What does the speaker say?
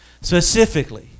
specifically